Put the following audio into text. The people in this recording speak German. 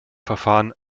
verfahren